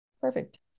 perfect